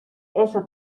eso